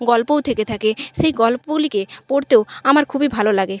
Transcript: গল্পও থেকে থাকে সেই গল্পগুলিকে পড়তেও আমার খুবই ভালো লাগে